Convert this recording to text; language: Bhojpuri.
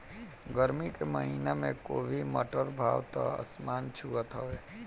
गरमी के महिना में गोभी, मटर के भाव त आसमान छुअत हवे